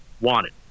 wanted